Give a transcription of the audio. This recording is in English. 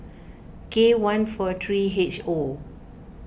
K one four three H O